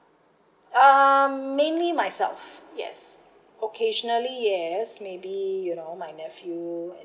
uh mainly myself yes occasionally yes maybe you know my nephew and